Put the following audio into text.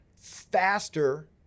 faster